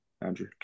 Andrew